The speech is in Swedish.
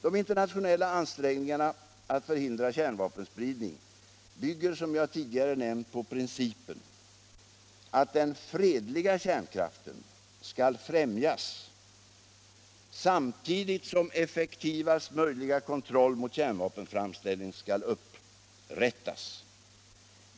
De internationella ansträngningarna att förhindra kärnvapenspridning bygger, som jag tidigare nämnt, på principen att den fredliga kärnkraften skall främjas samtidigt som effektivaste möjliga kontroll i fråga om kärnvapenframställning skall upprättas.